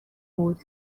بود